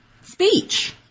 speech